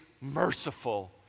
merciful